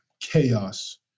chaos